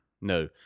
no